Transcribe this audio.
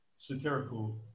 satirical